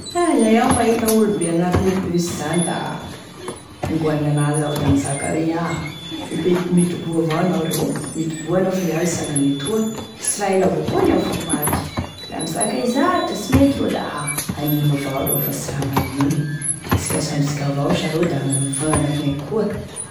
La iaho mahita olo be anatine bus zany da angoaigny anazy iaho, da mizaka hoe ah mipetr- midoboa avao anao rô, midoboa anao fa iaho hisangagny etoa, sy raha ela avao koa an'iaho fa ho avy, la mizaka anao hoe da sy mety rô, da hanio avao rô da sy magnino, asika samy asika avao sha rô da hifagnano ankognaia koa.